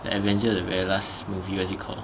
avenger the very last movie what is it call